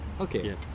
okay